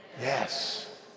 Yes